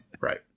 Right